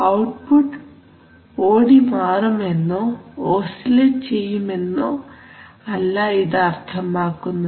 output ഓടി മാറും എന്നോ ഓസിലേറ്റ് ചെയ്യുമെന്നോ അല്ല ഇത് അർത്ഥമാക്കുന്നത്